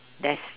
death